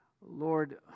Lord